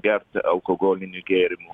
gert alkogolinių gėrimų